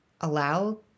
allow